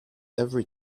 every